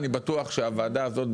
אני בטוח שהוועדה הזאת,